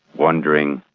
wandering,